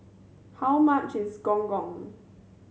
how much is Gong Gong